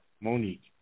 Monique